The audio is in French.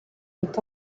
est